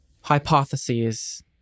hypotheses